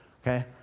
Okay